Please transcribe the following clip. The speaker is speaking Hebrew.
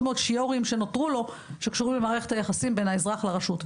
שיורים שנותרו לו שקשורים למערכת היחסים בין האזרח לרשות.